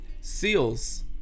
seals